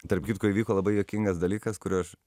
tarp kitko įvyko labai juokingas dalykas kurio aš